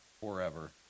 forever